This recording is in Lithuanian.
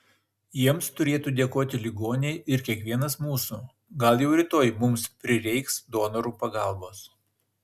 jiems turėtų dėkoti ligoniai ir kiekvienas mūsų gal jau rytoj mums prireiks donorų pagalbos